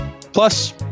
Plus